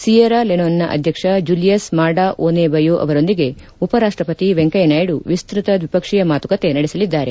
Sierra Leone ಅಧ್ಯಕ್ಷ Julius Maada ಓನೆ Bio ಅವರೊಂದಿಗೆ ಉಪರಾಷ್ಟಪತಿ ವೆಂಕಯ್ಯನಾಯ್ಡು ವಿಸ್ತೃತ ದ್ವಿಪಕ್ಷೀಯ ಮಾತುಕತೆ ನಡೆಸಲಿದ್ದಾರೆ